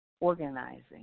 organizing